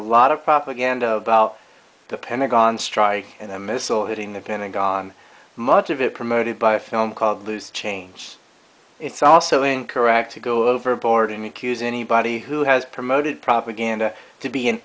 a lot of propaganda about the pentagon strike and a missile hitting the pentagon much of it promoted by a film called loose change it's also incorrect to go overboard in accusing anybody who has promoted propaganda to be an